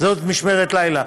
זאת משמרת לילה.